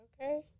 Okay